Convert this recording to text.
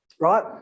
right